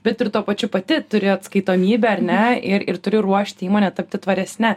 bet ir tuo pačiu pati turi atskaitomybę ar ne ir ir turi ruošti įmonę tapti tvaresne